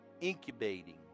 incubating